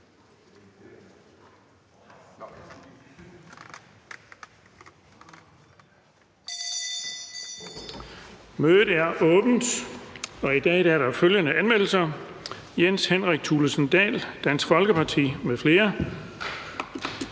Mødet er åbnet. I dag er der følgende anmeldelser: Jens Henrik Thulesen Dahl (DF) m.fl.: